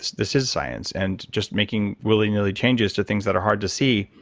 this is science. and just making willy-nilly changes to things that are hard to see